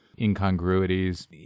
incongruities